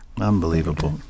Unbelievable